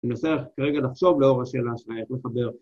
אני מנסה כרגע לחשוב לאור השאלה שלה, איך לחבר.